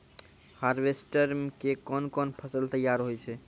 Harvester के कोन कोन फसल तैयार होय छै?